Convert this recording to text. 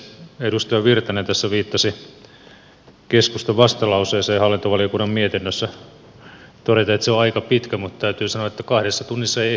edustaja virtanen tässä viittasi keskustan vastalauseeseen hallintovaliokunnan mietinnössä todeten että se on aika pitkä mutta täytyy sanoa että kahdessa tunnissa ei ehtinyt kirjoittaa pidempää